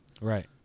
right